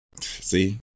See